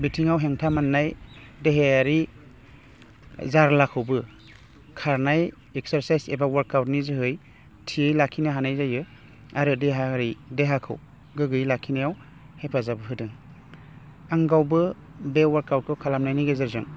बिथिङाव हेंथा मोनाय देहायारि जारलाखौबो खारनाय एकसार्साइस एबा वार्कआवोटनि जोहै थियै लाखिनो हानाय जायो आरो देहायारि देहाखौ गोग्गोयै लाखिनायाव हेफाजाब होदों आं गावबो बे वार्कआवोटखौ खालामनायनि गेजेरजों